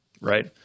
right